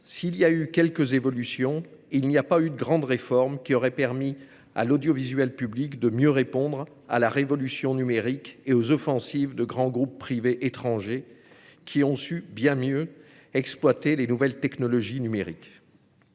s'il y a eu quelques évolutions, il n'y a pas eu de grande réforme qui aurait permis à l'audiovisuel public de mieux répondre à la révolution numérique et aux offensives des grands groupes privés étrangers, qui ont su bien mieux exploiter les nouvelles technologies numériques.